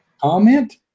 Comment